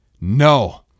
No